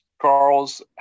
Charles